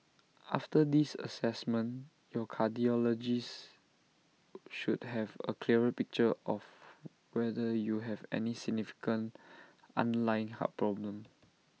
after this Assessment your cardiologist should have A clearer picture of whether you have any significant underlying heart problem